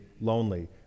lonely